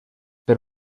per